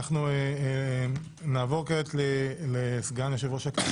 אנחנו נעבור כעת לסגן יושב-ראש הכנסת,